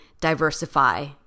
diversify